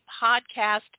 podcast